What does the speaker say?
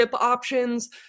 options